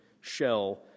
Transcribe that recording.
shell